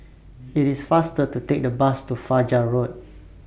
IT IS faster to Take The Bus to Fajar Road